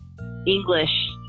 English